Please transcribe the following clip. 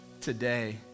today